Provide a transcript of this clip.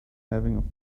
having